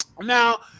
now